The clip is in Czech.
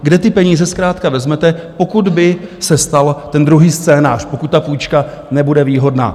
Kde ty peníze zkrátka vezmete, pokud by se stal ten druhý scénář, pokud ta půjčka nebude výhodná?